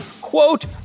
quote